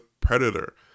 Predator